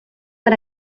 per